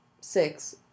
six